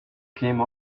came